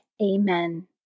Amen